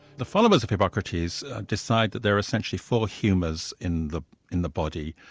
the followers of hippocrates decide that there are essentially four humours in the in the body.